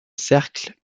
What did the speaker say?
cercle